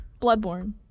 Bloodborne